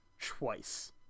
Twice